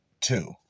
two